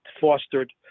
fostered